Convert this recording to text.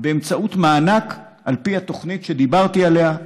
באמצעות מענק על פי התוכנית שדיברתי עליה,